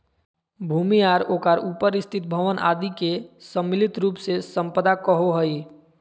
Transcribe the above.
भूमि आर ओकर उपर स्थित भवन आदि के सम्मिलित रूप से सम्पदा कहो हइ